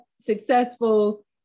successful